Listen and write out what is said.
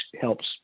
helps